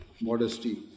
modesty